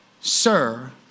sir